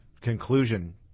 conclusion